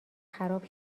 خراب